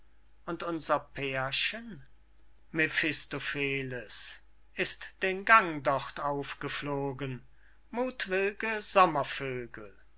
und unser pärchen mephistopheles ist den gang dort aufgeflogen muthwill'ge